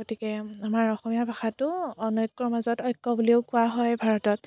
গতিকে আমাৰ অসমীয়া ভাষাটো অনৈক্যৰ মাজত ঐক্য বুলিও কোৱা হয় ভাৰতত